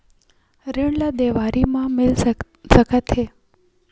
ऋण ला देवारी मा मिल सकत हे